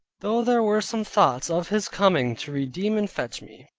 though there were some thoughts of his coming to redeem and fetch me,